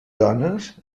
dones